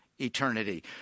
eternity